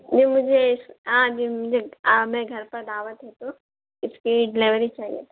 نہیں مجھے آج مجھے میں گھر پر دعوت ہے تو اس کی ڈیلیوری چاہیے تھا